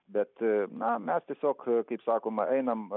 bet na mes tiesiog kaip sakoma einam